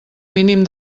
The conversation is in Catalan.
mínim